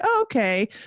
okay